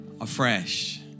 afresh